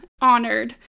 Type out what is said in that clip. honored